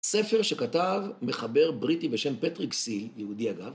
ספר שכתב מחבר בריטי בשם פטריק סיל, יהודי אגב.